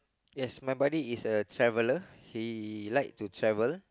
yes my buddy is a traveller he like to travel